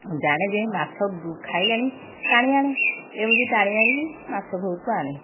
ମୁଁ ଜାଣେ ଯେ ମାଛ ଖାଇଲାଣି ଟାଣିଆଣେ ଏମିତି ଟାଣି ଆଣିକି ମାଛ ବହୁତ ଆଣେ